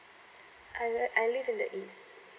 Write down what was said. I I live in the east